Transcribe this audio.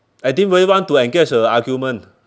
I didn't really want to engage a argument